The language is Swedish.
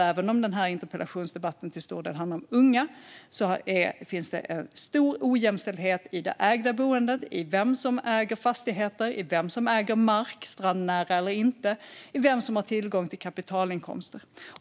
Även om interpellationsdebatten till stor del handlar om unga finns en stor ojämställdhet i det ägda boendet, i vem som äger fastigheter, i vem som äger mark, strandnära eller inte, i vem som har tillgång till kapitalinkomster.